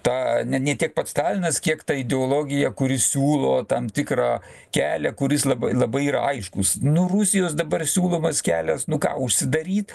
tą ne ne tiek pats stalinas kiek ta ideologija kuri siūlo tam tikrą kelią kuris labai labai yra aiškus nu rusijos dabar siūlomas kelias nu ką užsidaryt